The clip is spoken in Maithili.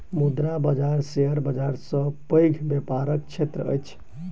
मुद्रा बाजार शेयर बाजार सॅ पैघ व्यापारक क्षेत्र अछि